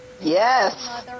Yes